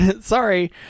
Sorry